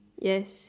yes